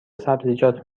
سبزیجات